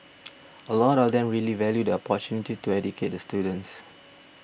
a lot of them really value the opportunity to educate the students